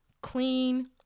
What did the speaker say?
clean